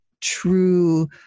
true